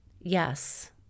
Yes